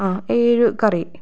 ആ ഏഴു കറി